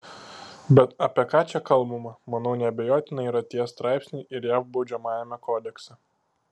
bet apie ką čia kalbama manau neabejotinai yra tie straipsniai ir jav baudžiamajame kodekse